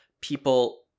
people